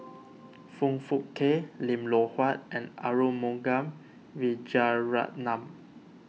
Foong Fook Kay Lim Loh Huat and Arumugam Vijiaratnam